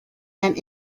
and